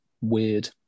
weird